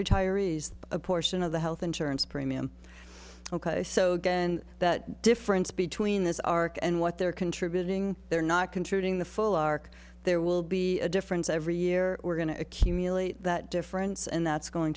diaries a portion of the health insurance premium ok so then that difference between this arc and what they're contributing they're not controlling the full arc there will be a difference every year we're going to accumulate that difference and that's going